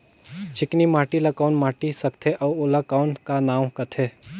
चिकनी माटी ला कौन माटी सकथे अउ ओला कौन का नाव काथे?